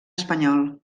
espanyol